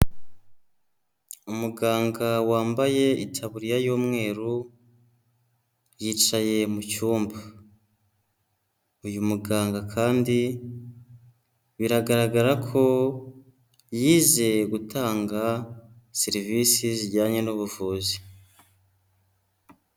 Umuganga wambaye itaburiya y'umweru yicaye mu cyumba, uyu muganga kandi biragaragara ko yizeye gutanga serivisi zijyanye n'ubuvuzi.